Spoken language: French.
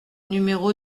numéro